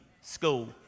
school